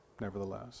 nevertheless